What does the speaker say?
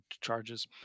charges